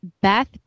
Beth